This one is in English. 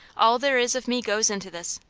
all there is of me goes into this.